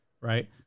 right